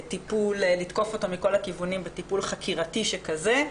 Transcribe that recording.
לתקוף אותו מכל הכיוונים בטיפול חקירתי שכזה.